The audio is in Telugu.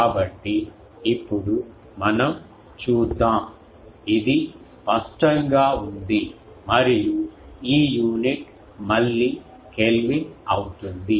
కాబట్టి ఇప్పుడు మనం చూద్దాం ఇది స్పష్టంగా ఉంది మరియు ఈ యూనిట్ మళ్ళీ కెల్విన్ అవుతుంది